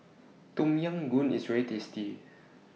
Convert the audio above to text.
Tom Yam Goong IS very tasty